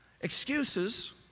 Excuses